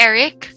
Eric